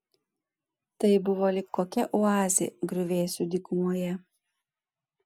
tai buvo lyg kokia oazė griuvėsių dykumoje